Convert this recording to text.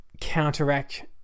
counteract